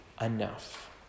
enough